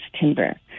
timber